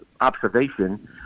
observation